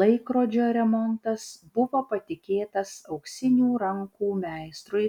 laikrodžio remontas buvo patikėtas auksinių rankų meistrui